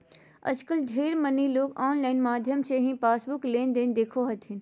आजकल ढेर मनी लोग आनलाइन माध्यम से ही पासबुक लेनदेन देखो हथिन